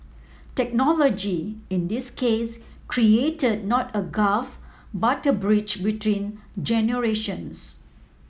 technology in this case created not a gulf but a bridge between generations